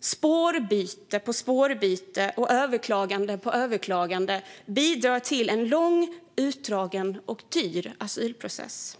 Spårbyte på spårbyte och överklagande på överklagande bidrar till en lång, utdragen och dyr asylprocess.